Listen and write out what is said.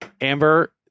Amber